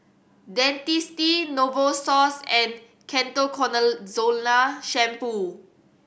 Dentiste Novosource and Ketoconazole Shampoo